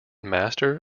master